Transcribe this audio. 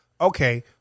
okay